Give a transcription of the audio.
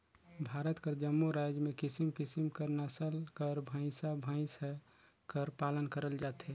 भारत कर जम्मो राएज में किसिम किसिम कर नसल कर भंइसा भंइस कर पालन करल जाथे